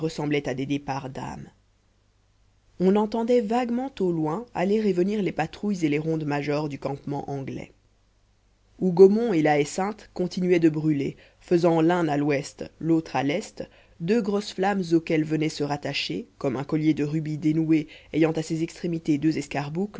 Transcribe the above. ressemblaient à des départs d'âmes on entendait vaguement au loin aller et venir les patrouilles et les rondes major du campement anglais hougomont et la haie sainte continuaient de brûler faisant l'un à l'ouest l'autre à l'est deux grosses flammes auxquelles venait se rattacher comme un collier de rubis dénoué ayant à ses extrémités deux